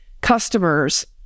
customers